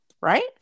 right